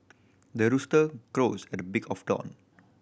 the rooster crows at the break of dawn